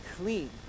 clean